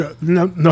No